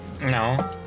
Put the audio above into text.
No